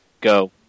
go